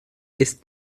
ist